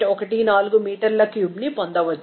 14 మీటర్ల క్యూబ్ని పొందవచ్చు